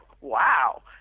wow